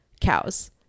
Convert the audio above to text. cows